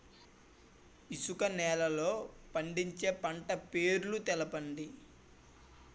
ఇసుక నేలల్లో పండించే పంట పేర్లు తెలపండి?